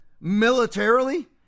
militarily